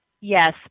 yes